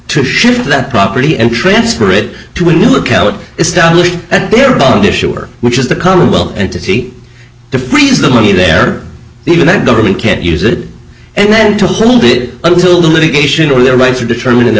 to ship that property and transfer it to a new account established their bond issuer which is the commonwealth entity to freeze the money there even that government can't use it and then to hold it until the litigation or their rights are determined in their